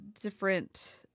different